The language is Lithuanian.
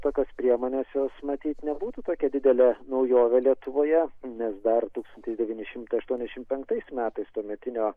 tokios priemonės jos matyt nebūtų tokia didelė naujovė lietuvoje nes dar tūkstantis devyni šimtai aštuoniasdešimt penktais metais tuometinio